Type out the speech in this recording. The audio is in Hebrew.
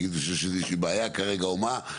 נגיד שאם יש בעיה כרגע או מה,